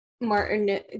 Martin